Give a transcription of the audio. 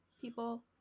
people